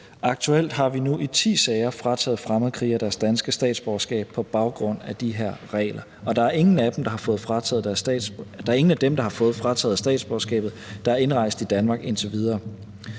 Aktuelt har vi nu i ti sager frataget fremmedkrigere deres danske statsborgerskab på baggrund af de her regler, og der er ingen af dem, der har fået frataget statsborgerskabet, der er indrejst i Danmark indtil videre.